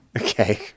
okay